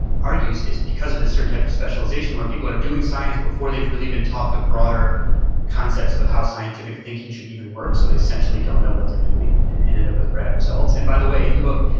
argues is because of this certain type of specialization where people are doing science before they've really been taught the broader concepts of how scientific thinking should even work so they essentially don't know what they're doing and end end up with bad results. and by the way, in the book,